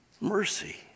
mercy